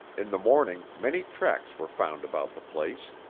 in the morning, many tracks were found about the place.